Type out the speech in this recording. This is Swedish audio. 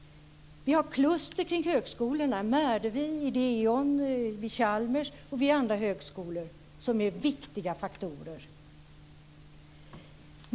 Vi har kluster kring högskolorna, Medevi och Ideon, vid Chalmers och vid andra högskolor, som är viktiga faktorer.